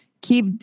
keep